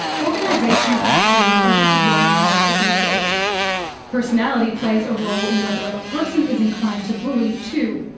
organisational factors are just one part of the equation personality plays a role in whether a person is inclined to bully too.